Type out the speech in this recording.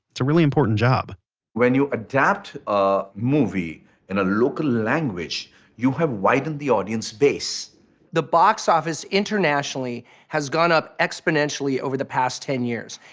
it's a really important job when you adapt a movie in a local language you have widened the audience space the box office internationally has gone up exponentially over the past ten years,